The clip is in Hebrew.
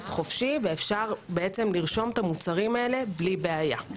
חופשי ואפשר לרשום את המוצרים האלה בלי בעיה.